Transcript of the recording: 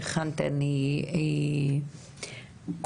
אני רוצה לתת למר סאיד תלי,